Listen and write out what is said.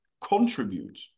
contribute